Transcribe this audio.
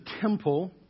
temple